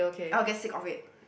I'll get sick of it